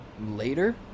later